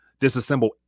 disassemble